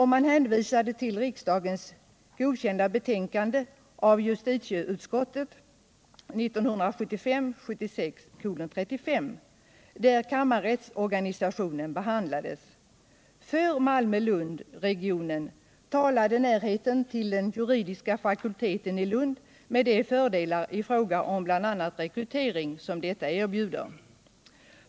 Man hänvisade till justitieutskottets av riksdagen godkända betänkande 1975/76:35, där kammarrättsorganisationen behandlades. För Malmö-Lundregionen talade närheten till den juridiska fakulteten i Lund med de fördelar i fråga om bl.a. rekrytering som detta betyder.